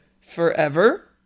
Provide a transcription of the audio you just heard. forever